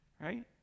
right